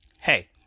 Hey